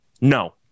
No